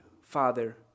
Father